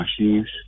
machines